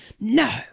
No